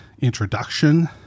introduction